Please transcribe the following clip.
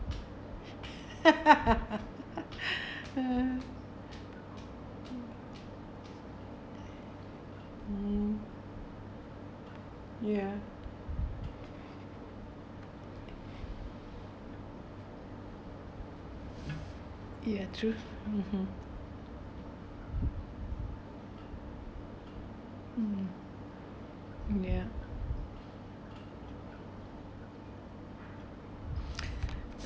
mm ya ya true mm mm ya